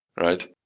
right